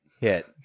hit